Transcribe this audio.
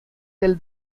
del